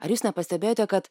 ar jūs nepastebėjote kad